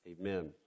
amen